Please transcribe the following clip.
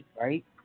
right